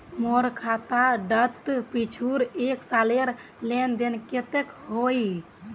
मोर खाता डात पिछुर एक सालेर लेन देन कतेक होइए?